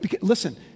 listen